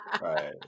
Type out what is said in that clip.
Right